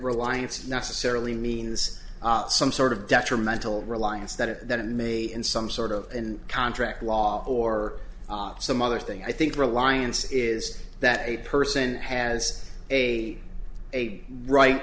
reliance necessarily means some sort of detrimental reliance that it that it may in some sort of and contract law or some other thing i think reliance is that a person has a a right